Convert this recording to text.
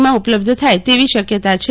માં ઉપલબ્ધ થાય તેલી શક્યતા છે